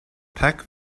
peck